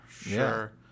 sure